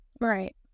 right